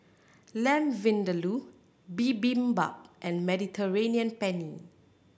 Lamb Vindaloo Bibimbap and Mediterranean Penne